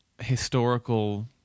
historical